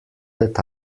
that